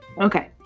Okay